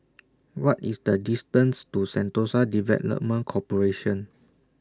What IS The distance to Sentosa Development Corporation